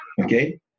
Okay